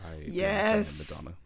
Yes